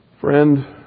Friend